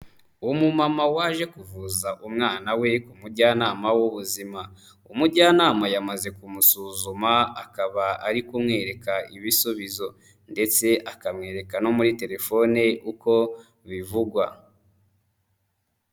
Umumama waje kuvuza umwana we ku mujyanama w'ubuzima. Umujyanama yamaze kumusuzuma, akaba ari kumwereka ibisubizo ndetse akamwereka no muri terefone uko bivugwa.